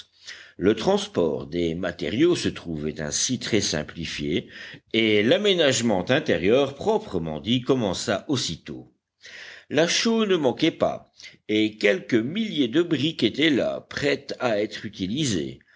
le transport des matériaux se trouvait ainsi très simplifié et l'aménagement intérieur proprement dit commença aussitôt la chaux ne manquait pas et quelques milliers de briques étaient là prêtes à être utilisées